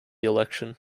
election